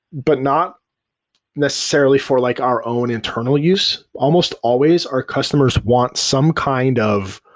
but not necessarily for like our own internal use. almost always, our customers want some kind of